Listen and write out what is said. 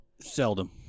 Seldom